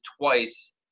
twice